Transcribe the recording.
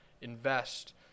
invest